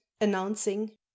announcing